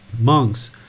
monks